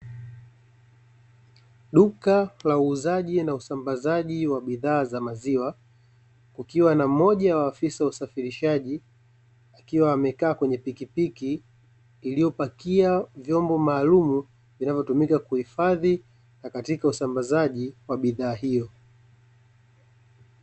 Duka la uuzaji na usambazaji wa bidhaa za maziwa, kukiwa na mmoja wa afisa usafirishaji akiwa amekaa kwenye pikipiki iliyopakia vyombo maalumu, vinavyotumika kuhifadhi na katika usambazaji wa bidhaa hiyo.